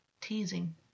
teasing